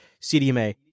CDMA